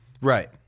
Right